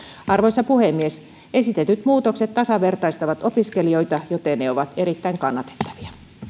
arvoisa puhemies esitetyt muutokset tasavertaistavat opiskelijoita joten ne ovat erittäin kannatettavia